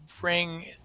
bring